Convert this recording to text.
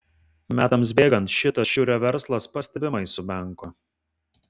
metams bėgant šitas šiurio verslas pastebimai sumenko